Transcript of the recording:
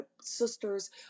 sisters